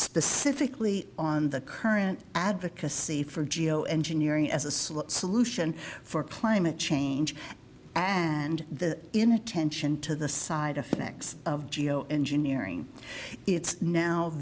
specifically on the current advocacy for geo engineering as a slut solution for climate change and the inattention to the side effects of geo engineering it's now